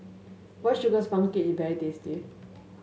White Sugar Sponge Cake is very tasty